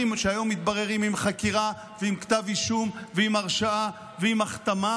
שהיום מתבררים עם חקירה ועם כתב אישום ועם הרשעה ועם החתמה,